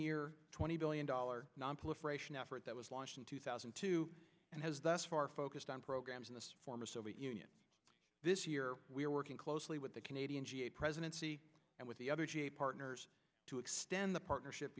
year twenty billion dollars nonproliferation effort that was launched in two thousand and two and has thus far focused on programs in the former soviet union this year we are working closely with the canadian presidency and with the other partners to extend the partnership